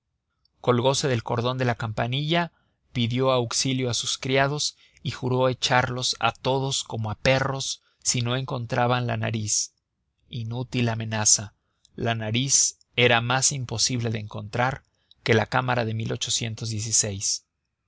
nada colgose del cordón de la campanilla pidió auxilio a sus criados y juró echarlos a todos como a perros si no encontraban la nariz inútil amenaza la nariz era más imposible de encontrar que la cámara de